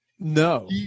no